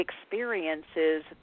experiences